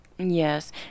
Yes